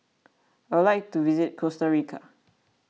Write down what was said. I would like to visit Costa Rica